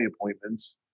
appointments